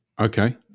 Okay